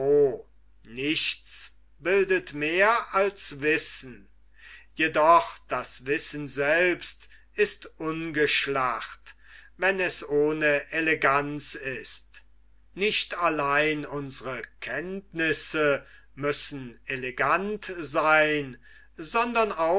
nichts bildet mehr als wissen jedoch das wissen selbst ist ungeschlacht wenn es ohne eleganz ist nicht allein unsre kenntnisse müssen elegant seyn sondern